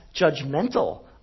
judgmental